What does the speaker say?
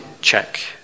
check